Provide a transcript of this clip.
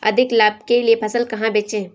अधिक लाभ के लिए फसल कहाँ बेचें?